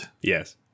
yes